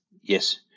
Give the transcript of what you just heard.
Yes